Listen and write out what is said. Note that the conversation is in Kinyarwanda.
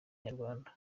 nyarwanda